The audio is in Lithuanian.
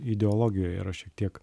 ideologijoje yra šiek tiek